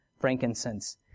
frankincense